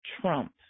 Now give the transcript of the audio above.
Trump